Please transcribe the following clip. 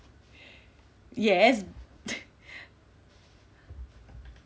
yes